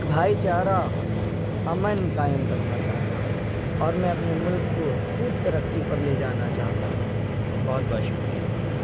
بھائی چارہ امن قائم کرنا چاہتا ہوں اور میں اپنے ملک کو خوب ترقی پر لے جانا چاہتا ہوں بہت بہت شکریہ